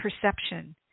perception